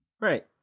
Right